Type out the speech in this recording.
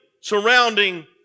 surrounding